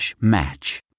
match